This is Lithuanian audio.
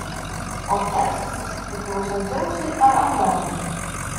o teksasas priklauso dzeusui ar amonui